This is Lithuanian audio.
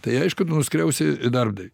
tai aišku nuskriausi darbdaviui